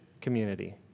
community